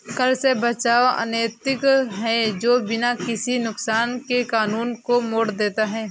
कर से बचाव अनैतिक है जो बिना किसी नुकसान के कानून को मोड़ देता है